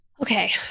Okay